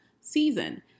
season